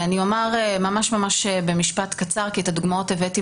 אני אומר ממש במשפט קצר כי את הדוגמאות הבאתי